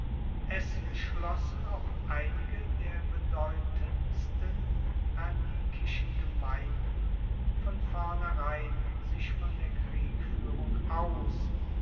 es schlossen auch einige der bedeutendsten hernikischen gemeinden von vornherein sich von der kriegfuehrung aus